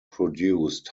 produced